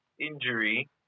injury